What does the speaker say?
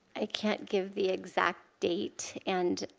i can't give the exact date. and